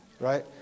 right